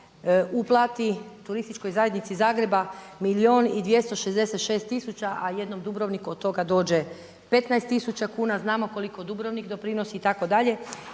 uplati Turističkoj zajednici Zagreba 1 milijun i 266 tisuća a jednom Dubrovniku od toga dođe 15 tisuća kuna. Znamo koliko Dubrovnik doprinosi itd.